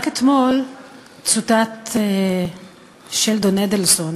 אדוני, תודה, רק אתמול צוטט שלדון אדלסון,